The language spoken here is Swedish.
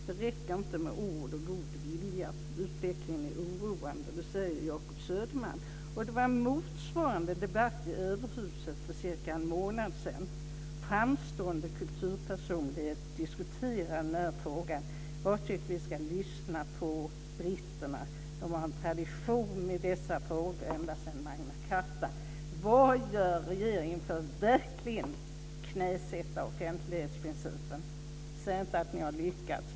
Det räcker inte med ord och god vilja. Utvecklingen är oroande, säger Jacob Söderman. Det var en motsvarande debatt i Överhuset för cirka en månad sedan då framstående kulturpersonligheter diskuterade den här frågan. Jag tycker att vi ska lyssna på britterna. De har en tradition i dessa frågor, ända sedan Magna Charta. Vad gör regeringen för att verkligen knäsätta offentlighetsprincipen? Säg inte att ni har lyckats.